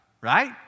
right